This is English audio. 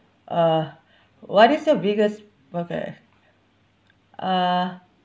uh what is your biggest my bad uh